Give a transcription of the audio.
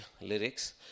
lyrics